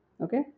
Okay